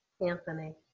Anthony